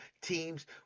teams